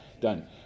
done